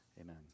Amen